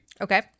Okay